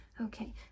Okay